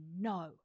no